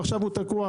ועכשיו הוא תקוע.